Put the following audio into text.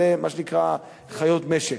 מה שנקרא חיות משק.